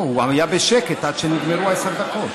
לא, הוא היה בשקט עד שנגמרו העשר דקות.